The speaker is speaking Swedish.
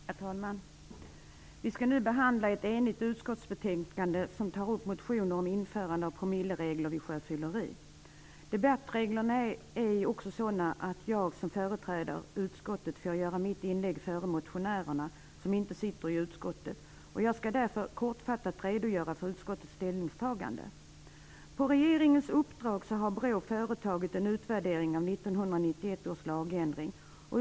Herr talman! Vi skall nu behandla ett enigt utskottsbetänkande som tar upp motioner om införande av promilleregler vid sjöfylleri. Debattreglerna är sådana att jag som företräder utskottet får göra mitt inlägg före motionärerna, som inte sitter i utskottet. Jag skall därför kortfattat redogöra för utskottets ställningstagande. På regeringens uppdrag har BRÅ företagit en utvärdering av 1991 års lagändring.